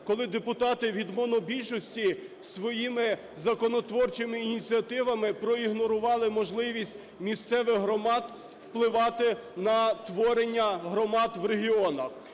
коли депутати від монобільшості своїми законотворчими ініціативами проігнорували можливість місцевих громад впливати на творення громад в регіонах.